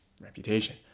Reputation